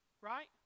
right